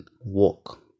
walk